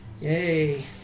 Yay